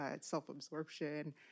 self-absorption